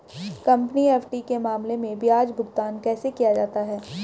Company FD के मामले में ब्याज भुगतान कैसे किया जाता है?